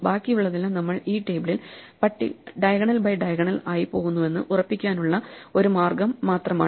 ബാക്കിയുള്ളതെല്ലാം നമ്മൾ ഈ ടേബിളിൽ പട്ടിക ഡയഗണൽ ബൈ ഡയഗോണൽ ആയി പോകുന്നുവെന്ന് ഉറപ്പാക്കാനുള്ള ഒരു മാർഗ്ഗം മാത്രമാണ്